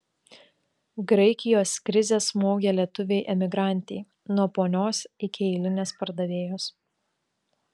graikijos krizė smogė lietuvei emigrantei nuo ponios iki eilinės pardavėjos